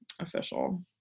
official